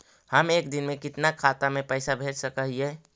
हम एक दिन में कितना खाता में पैसा भेज सक हिय?